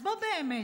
אז בואו, באמת.